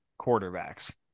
quarterbacks